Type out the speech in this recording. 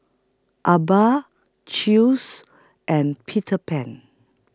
Alba Chew's and Peter Pan